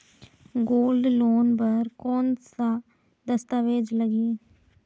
Gold loan बर कौन का दस्तावेज लगही?